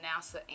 nasa